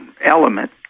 element